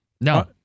No